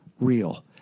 real